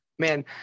Man